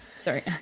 sorry